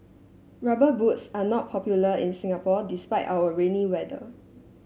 rubber boots are not popular in Singapore despite our rainy weather